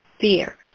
fear